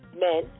men